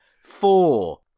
Four